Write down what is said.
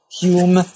Hume